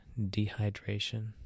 dehydration